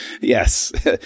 Yes